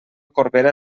corbera